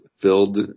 filled